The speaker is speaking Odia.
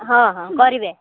ହଁ ହଁ କରିବେ